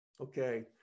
Okay